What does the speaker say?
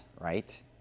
right